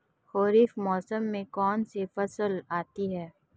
खरीफ मौसम में कौनसी फसल आती हैं?